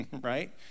right